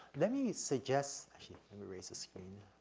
let me suggest, actually let me raise the screen.